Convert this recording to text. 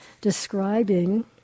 describing